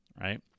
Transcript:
right